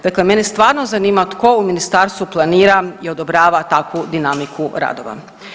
Dakle mene stvarno zanima tko u ministarstvu planira i odobrava takvu dinamiku radova?